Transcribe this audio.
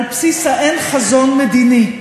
על בסיס האין-חזון מדיני,